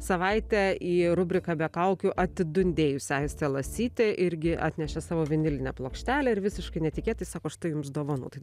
savaitę į rubriką be kaukių atidundėjusi aistė lasytė irgi atnešė savo vinilinę plokštelę ir visiškai netikėtai sako štai jums dovanų tai